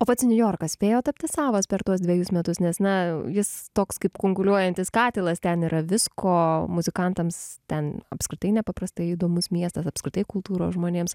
o pats niujorkas spėjo tapti savas per tuos dvejus metus nes na jis toks kaip kunkuliuojantis katilas ten yra visko muzikantams ten apskritai nepaprastai įdomus miestas apskritai kultūros žmonėms